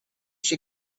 she